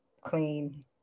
clean